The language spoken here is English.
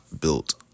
built